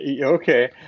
okay